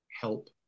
help